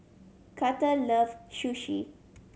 Karter love Sushi